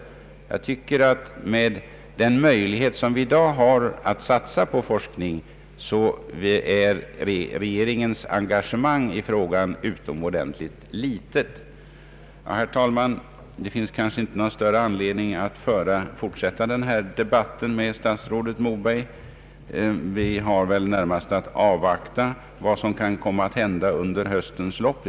Jag tycker att regeringens engagemang är utomordentligt litet med tanke på de möjligheter som i dag finns att satsa på forskning. Herr talman! Det finns kanske inte någon större anledning att fortsätta denna debatt med statsrådet Moberg. Vi har väl närmast att avvakta vad som kan komma att hända under höstens lopp.